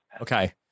okay